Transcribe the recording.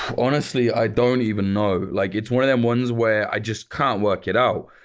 honestly, i don't even know. like it's one of them ones where i just can't work it out.